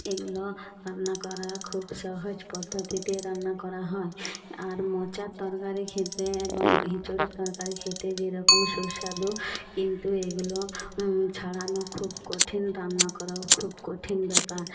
এগুলো রান্না করা খুব সহজ পদ্ধতিতে রান্না করা হয় আর মোচার তরকারি খেতে এবং এঁচোড়ের তরকারি খেতে যেরকম সুস্বাদু কিন্তু এগুলো ছাড়ানো খুব কঠিন রান্না করাও খুব কঠিন ব্যাপার